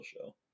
show